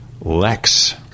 Lex